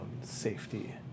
safety